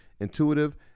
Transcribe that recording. intuitive